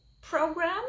program